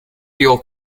fuel